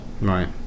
Right